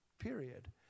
period